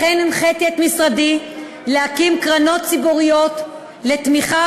לכן הנחיתי את משרדי להקים קרנות ציבוריות לתמיכה